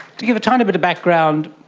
to give a tiny bit of background,